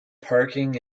parking